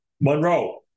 Monroe